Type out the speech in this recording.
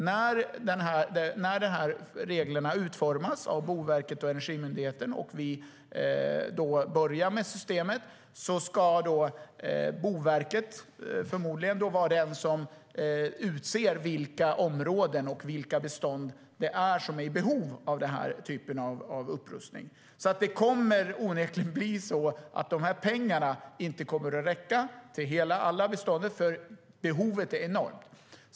När reglerna utformas av Boverket och Energimyndigheten och vi börjar tillämpa systemet ska Boverket - förmodligen - utse vilka områden och vilka bestånd som är i behov av den typen av upprustning. Det kommer onekligen att bli så att pengarna inte kommer att räcka till alla bestånd. Behovet är enormt.